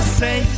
say